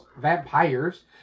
vampires